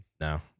No